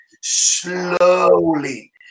slowly